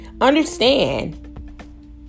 Understand